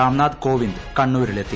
Ramnath Kovind കണ്ണുരിലെത്തി